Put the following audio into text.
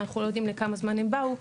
ואנחנו לא יודעים לכמה זמן הם באו,